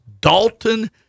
Dalton